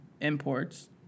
imports